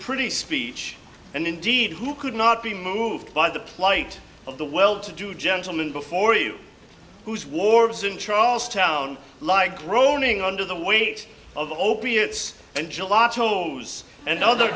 pretty speech and indeed who could not be moved by the plight of the well to do gentleman before you whose wards in charlestown like groaning under the weight of opiates and july tolls and othe